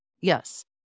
Yes